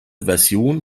version